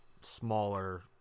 smaller